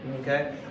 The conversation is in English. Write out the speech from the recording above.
Okay